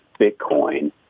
Bitcoin